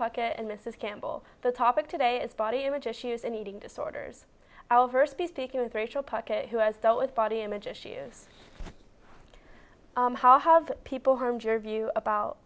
pocket and mrs campbell the topic today is body image issues and eating disorders i will first be speaking with rachel pocket who has dealt with body image issues how have people harmed your view about